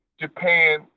Japan